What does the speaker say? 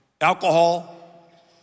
alcohol